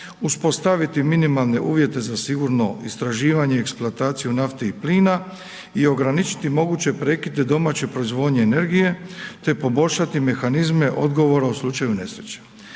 uspostaviti minimalne uvjete za sigurno istraživanje i eksploataciju nafte i plina i ograničiti moguće prekide domaće proizvodnje energije, te poboljšati mehanizme odgovora u slučaju nesreće.